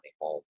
home